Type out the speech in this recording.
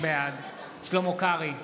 בעד שלמה קרעי,